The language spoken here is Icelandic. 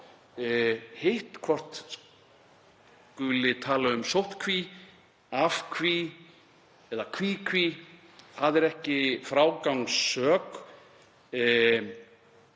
Hitt, hvort skuli tala um sóttkví, afkví eða kví kví, er ekki frágangssök.